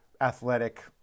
athletic